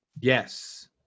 Yes